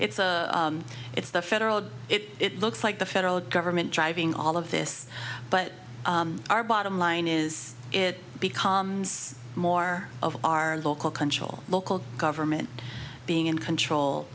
it's it's the federal it looks like the federal government driving all of this but our bottom line is it becomes more of our local control local government being in control